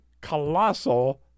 colossal